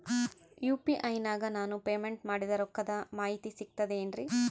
UPI ನಾಗ ನಾನು payment ಮಾಡಿದ ರೊಕ್ಕದ ಮಾಹಿತಿ ಸಿಕ್ತದೆ ಏನ್ರಿ?